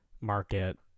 market